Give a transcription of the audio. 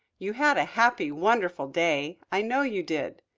you had a happy, wonderful day, i know you did.